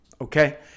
Okay